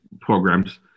programs